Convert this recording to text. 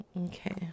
Okay